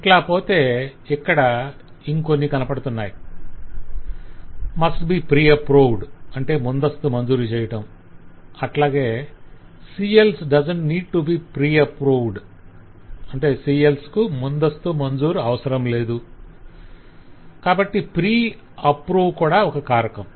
ఇట్లాపోతే ఇక్కడ ఇంకొన్ని కనపడుతున్నాయి - "must be pre approved"ముందస్తు మంజూరు చేయటం అట్లాగే "CLs does not need to be pre approved" CLs కు ముందస్తు మంజూరు అవసరం లేదుకాబట్టి "pre approve" కూడా ఒక కారకం